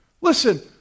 Listen